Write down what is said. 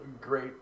great